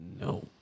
No